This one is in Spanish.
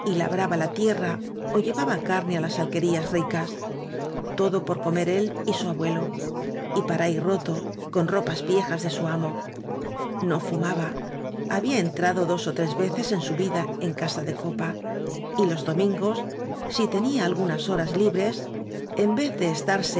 labraba la tierra ó llevaba carne á las alquerías ricas todo por comer él y su abuelo y para ir roto con ropas viejas de su amo ncfumaba había entrado clos ó tres veces en su vida en casa de copa y los domingos si tenía algunas horas libres en vez de estarse